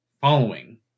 following